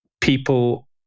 people